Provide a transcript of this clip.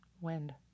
wind